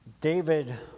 David